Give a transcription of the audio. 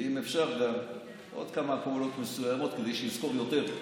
ואם אפשר גם עוד כמה פעולות מסוימות כדי שיזכור יותר,